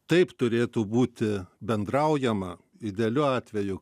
taip turėtų būti bendraujama idealiu atveju